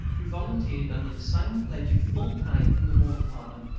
who volunteered under the same pledge of full pay from the war department,